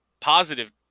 positive